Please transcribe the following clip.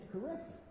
correct